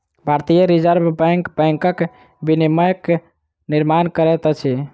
भारतीय reserve bank बैंकक विनियमक निर्माण करैत अछि